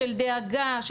של דאגה,